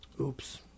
Oops